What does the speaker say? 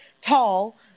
tall